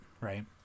Right